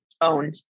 owned